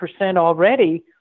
already